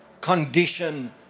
condition